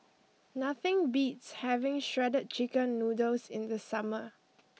nothing beats having Shredded Chicken Noodles in the summer